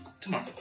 tomorrow